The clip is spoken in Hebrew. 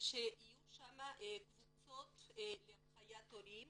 שיהיו שם קבוצות להנחית הורים